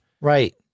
Right